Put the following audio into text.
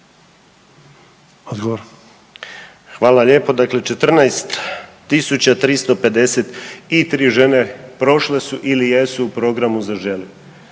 (HDZ)** Hvala lijepo. Dakle, 14 tisuća 353 žene prošle su ili jesu u programu za žene.